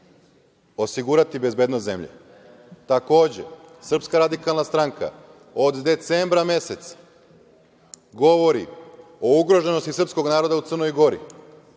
osigurati bezbednost zemlje. Takođe, SRS od decembra meseca govori o ugroženosti srpskog naroda u Crnoj Gori.